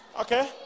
Okay